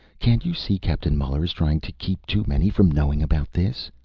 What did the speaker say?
can't you see captain muller is trying to keep too many from knowing about this?